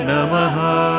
Namaha